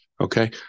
Okay